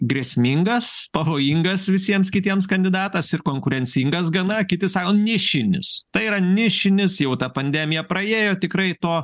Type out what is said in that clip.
grėsmingas pavojingas visiems kitiems kandidatas ir konkurencingas gana kiti sako nišinis tai yra nišinis jau ta pandemija praiejo tikrai to